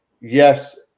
yes